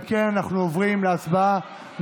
הצבעה שמית.